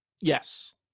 yes